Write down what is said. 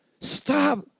Stop